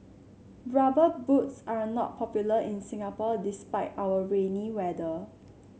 rubber boots are not popular in Singapore despite our rainy weather